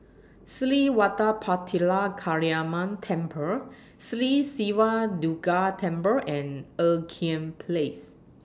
Sri Vadapathira Kaliamman Temple Sri Siva Durga Temple and Ean Kiam Place